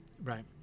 right